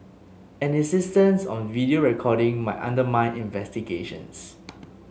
an insistence on video recording might undermine investigations